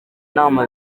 inama